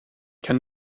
kann